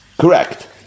Correct